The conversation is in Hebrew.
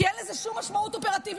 כי אין לזה שום משמעות אופרטיבית,